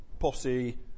Posse